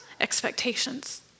expectations